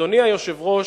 אדוני היושב-ראש,